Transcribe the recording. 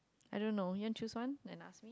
I don't know you want choose one and ask me